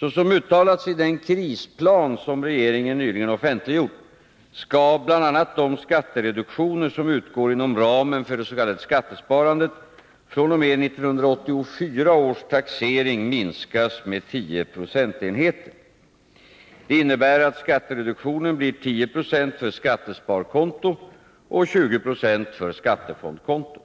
Såsom uttalats i den krisplan som regeringen nyligen offentliggjort skall bl.a. de skattereduktioner som utgår inom ramen för det s.k. skattesparandet fr.o.m. 1984 års taxering minskas med tio procentenheter. Det innebär att skattereduktionen blir 10 90 för skattesparkonto och 20 26 för skattefondskonto.